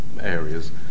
areas